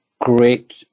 great